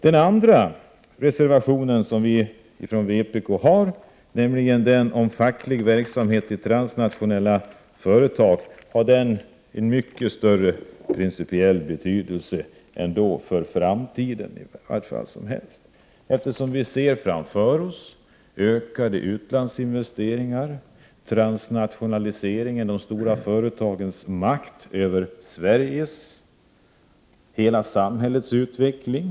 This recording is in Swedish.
Den andra reservationen från vpk om facklig verksamhet i transnationella företag har mycket större principiell betydelse, i varje falli en framtid. Vi kan se framför oss ökade utlandsinvesteringar, transnationaliseringen, de stora företagens makt över hela det svenska samhällets utveckling.